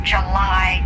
July